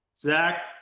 Zach